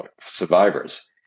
survivors